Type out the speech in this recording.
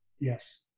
Yes